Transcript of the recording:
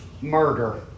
murder